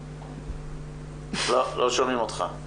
ייפתח, שנתתי